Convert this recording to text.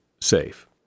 safe